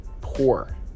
poor